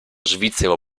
svizzero